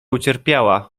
ucierpiała